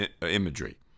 imagery